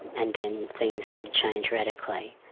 and then things did change radically.